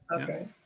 Okay